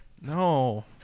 no